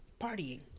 partying